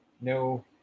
no